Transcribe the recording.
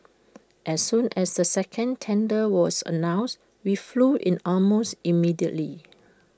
as soon as the second tender was announced we flew in almost immediately